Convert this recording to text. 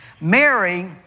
Mary